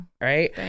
right